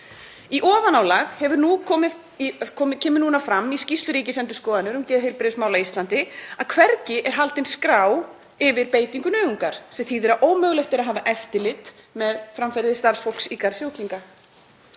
Í ofanálag kemur núna fram í skýrslu Ríkisendurskoðunar um geðheilbrigðismál á Íslandi að hvergi er haldin skrá yfir beitingu nauðungar, sem þýðir að ómögulegt er að hafa eftirlit með framferði starfsfólks í garð sjúklinga.